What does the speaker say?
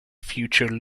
future